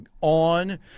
on